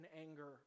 anger